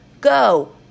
go